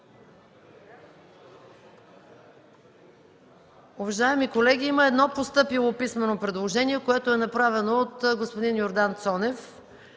Уважаеми колеги, има едно постъпило писмено предложение, направено от господин Йордан Цонев.